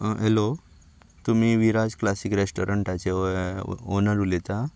hello तुमी Viraj Classic रेस्टोरंटाचे हें ओनर उलयता